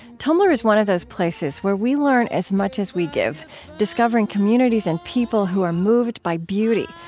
tumblr is one of those places where we learn as much as we give discovering communities and people who are moved by beauty,